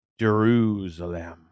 Jerusalem